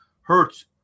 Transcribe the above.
Hurts